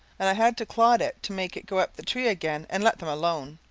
and i had to clod it to make it go up the tree again and let them alone.